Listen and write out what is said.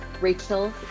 Rachel